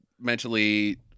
mentally